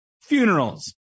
funerals